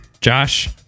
Josh